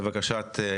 וזה לבקשת הממשלה,